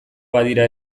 badira